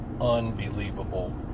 Unbelievable